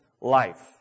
life